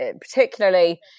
particularly